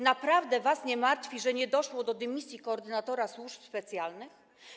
Naprawdę was nie martwi, że nie doszło do dymisji koordynatora służb specjalnych?